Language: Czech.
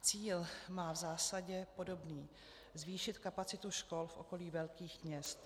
Cíl má v zásadě podobný zvýšit kapacitu škol v okolí velkých měst.